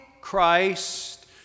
Christ